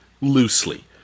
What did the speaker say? loosely